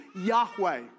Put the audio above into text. Yahweh